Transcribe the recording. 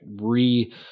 re